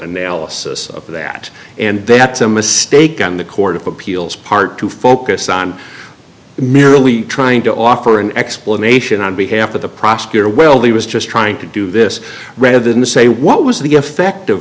analysis of that and that's a mistake on the court of appeals part to focus on merely trying to offer an explanation on behalf of the prosecutor well he was just trying to do this rather than the say what was the effect of